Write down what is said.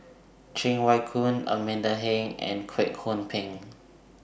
Cheng Wai Keung Amanda Heng and Kwek Hong Png